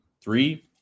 three